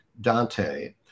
Dante